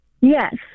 Yes